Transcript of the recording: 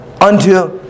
unto